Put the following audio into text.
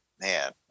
man